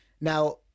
Now